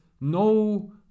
no